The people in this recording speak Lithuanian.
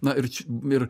na ir č ir